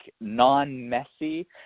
non-messy